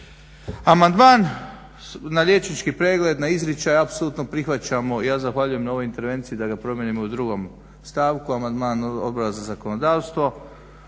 Amandman na liječnički pregled, na izričaj, apsolutno prihvaćamo. Ja zahvaljujem na ovoj intervenciji da ga promijenimo u 2. stavku, amandman Odbora za zakonodavstvo.